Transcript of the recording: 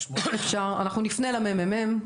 2018 לשנת 2022. אנחנו נפנה לממ"מ.